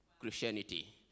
Christianity